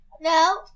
No